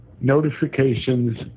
notifications